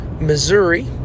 Missouri